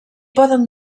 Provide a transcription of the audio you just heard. poden